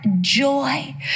joy